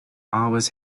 always